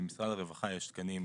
למשרד הרווחה יש תקנים משלו,